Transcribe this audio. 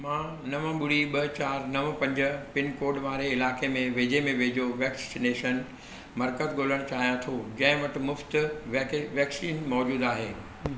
मां नव ॿुड़ी ॿ चारि नव पंज पिनकोड वारे इलाइके में वेझे में वेझो वैक्सीनेशन मर्कज़ ॻोल्हणु चाहियां थो जंहिं वटि मुफ़्ति वैकिन वैक्सीन मौज़ूदु आहे